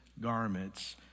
garments